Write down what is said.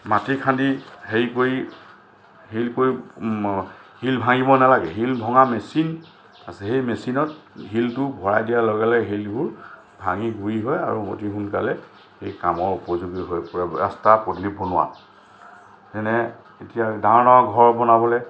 মাটি খান্দি হেৰি কৰি হেৰি কৰি শিল ভাঙিব নেলাগে শিল ভঙা মেচিন আছে সেই মেচিনত শিলটো ভৰাই দিয়াৰ লগে লগে শিলবোৰ ভাঙি গুড়ি হয় আৰু অতি সোনকালে ই কামৰ উপযোগী হৈ পৰে ৰাস্তা পদূলি বনোৱাত যেনে এতিয়া ডাঙৰ ডাঙৰ ঘৰ বনাবলৈ